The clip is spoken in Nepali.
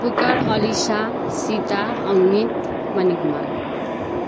पुकार अलिसा सिता अङ्मित मनिकुमार